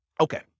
okay